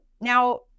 Now